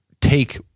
take